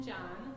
John